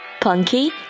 Punky